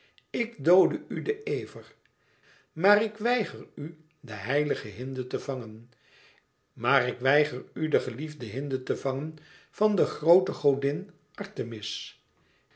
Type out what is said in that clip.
ik doodde u den ever maar ik weiger u de heilige hinde te vangen ik weiger u de geliefde hinde te vangen van de groote godin artemis